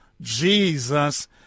Jesus